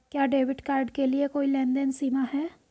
क्या debit card के लिए कोई लेनदेन सीमा है?